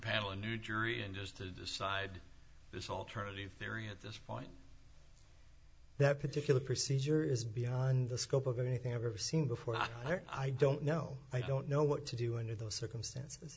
panel a new jury and just to decide this alternative theory at this point that particular procedure is beyond the scope of anything i've ever seen before not i don't know i don't know what to do under those circumstances